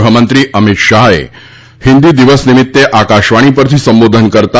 ગૃહમંત્રી અમિત શાહે હિંદી દિવસ નિમિત્તે આકાશવાણી પરથી સંબોધન કરતાં